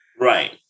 Right